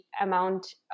amount